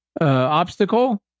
obstacle